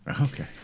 Okay